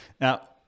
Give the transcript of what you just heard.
Now